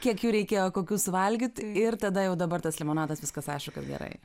kiek jų reikėjo kokių suvalgyt ir tada jau dabar tas limonadas viskas aišku kad gerai